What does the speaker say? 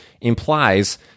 implies